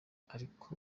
ariko